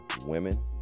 women